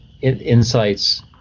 insights